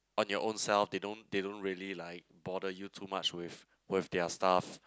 on your own self they don't they don't really like bother you too much with with their stuff